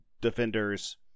Defenders –